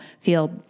feel